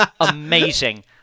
Amazing